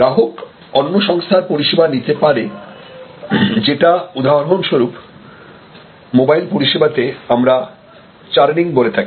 গ্রাহক অন্য সংস্থার পরিষেবা নিতে পারে যেটা উদাহরণস্বরূপ মোবাইল পরিষেবাতে আমরা চারনিং বলে থাকি